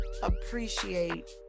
appreciate